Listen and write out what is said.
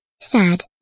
Sad